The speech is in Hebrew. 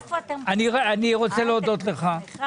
מודה לך.